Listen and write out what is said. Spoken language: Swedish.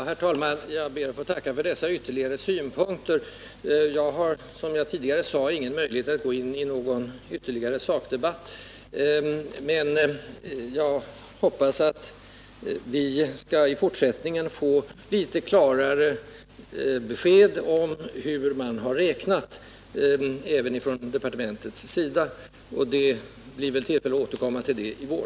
Herr talman! Jag ber att få tacka för dessa ytterligare synpunkter. Som jag tidigare sade har jag ingen möjlighet att gå in i en mer detaljerad sakdebatt. Men jag hoppas att vi i fortsättningen även kommer att få litet klarare besked om hur man har räknat på departementet. Det blir väl tillfälle att återkomma härtill i vår.